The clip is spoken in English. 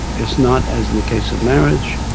it's not, as in the case of marriage,